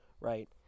right